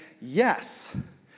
yes